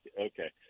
okay